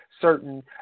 certain